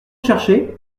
cherchez